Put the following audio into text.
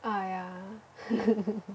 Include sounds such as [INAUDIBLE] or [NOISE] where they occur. ah ya [LAUGHS]